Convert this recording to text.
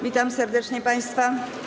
Witam serdecznie państwa.